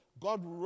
God